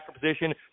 position